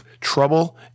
trouble